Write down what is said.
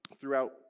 throughout